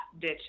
ditch